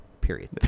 Period